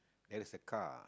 there is a car